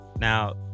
now